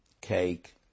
cake